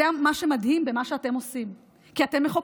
זה מה שמדהים במה שאתם עושים, כי אתם מחוקקים.